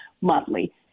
monthly